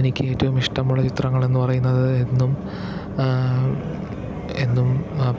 എനിക്ക് ഏറ്റവും ഇഷ്ടമുള്ള ചിത്രങ്ങളെന്നു പറയുന്നത് എന്നും എന്നും